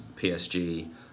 PSG